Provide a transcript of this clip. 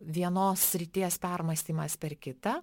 vienos srities permąstymas per kitą